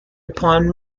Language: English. upon